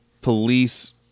police